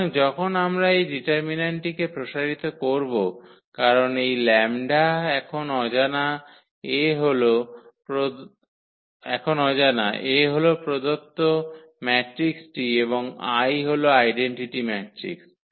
সুতরাং যখন আমরা এই ডিটারমিন্যান্টটিকে প্রসারিত করব কারণ এই 𝜆 এখন অজানা A হল প্রদত্ত ম্যাট্রিক্সটি এবং I হল আইডেন্টিটি ম্যাট্রিক্স